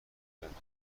کردند